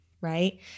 right